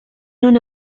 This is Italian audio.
non